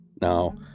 Now